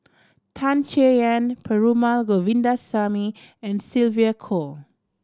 Tan Chay Yan Perumal Govindaswamy and Sylvia Kho